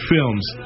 Films